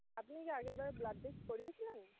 আপনি কি আগের বার ব্লাড টেস্ট করিয়েছিলেন